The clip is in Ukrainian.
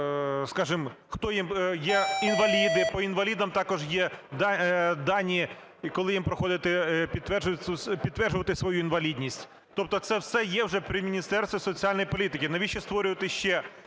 скажемо, хто є інваліди, по інвалідам також є дані, коли їм приходити і підтверджувати свою інвалідність. Тобто це все є вже при Міністерстві соціальної політики. Навіщо створювати ще